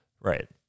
Right